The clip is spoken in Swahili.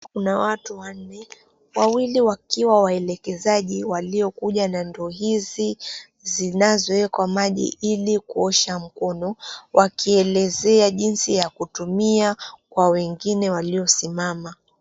Kuna watu wanne, wawili wakiwa waelekezaji waliokuja na ndoo hizi zinazoekwa maji ili kuosha mkono wakielezea jinsi ya kutumia kwa wengine waliosimama.